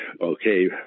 Okay